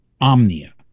omnia